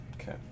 Okay